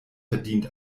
verdient